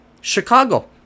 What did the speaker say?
Chicago